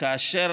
כאשר